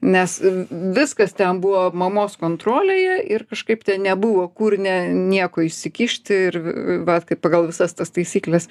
nes viskas ten buvo mamos kontrolėje ir kažkaip ten nebuvo kur ne nieko įsikišti ir vat kai pagal visas tas taisykles